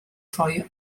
troi